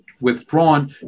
withdrawn